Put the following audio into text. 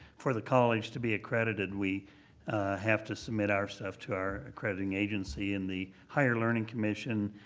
for the college to be accredited, we have to submit our stuff to our accrediting agency and the higher learning commission,